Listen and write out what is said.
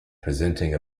presenting